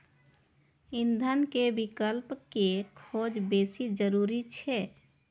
ईंधन के विकल्प के खोज बेसी जरूरी छै